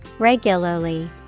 Regularly